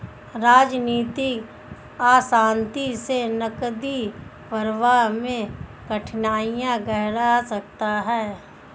राजनीतिक अशांति से नकदी प्रवाह में कठिनाइयाँ गहरा सकता है